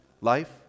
life